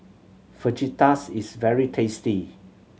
fajitas is very tasty